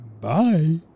Bye